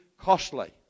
costly